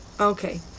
Okay